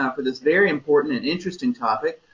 um for this very important and interesting topic.